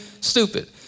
stupid